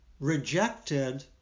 rejected